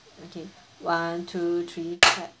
okay one two three clap